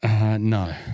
No